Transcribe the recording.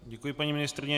Děkuji, paní ministryně.